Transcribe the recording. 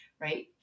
right